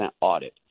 audit